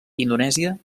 indonèsia